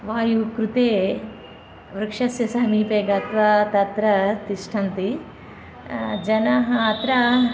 वायोः कृते वृक्षस्य समीपे गत्वा तत्र तिष्ठन्ति जनाः अत्र